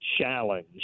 challenge